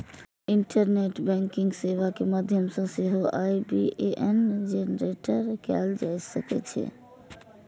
internet banking सेवा के माध्यम सं सेहो आई.बी.ए.एन जेनरेट कैल जा सकै छै